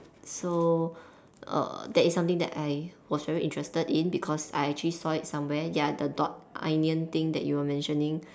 so err that is something that I was very interested in because I actually saw it somewhere ya the dot onion thing you were mentioning